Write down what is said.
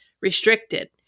restricted